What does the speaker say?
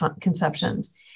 conceptions